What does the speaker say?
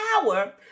power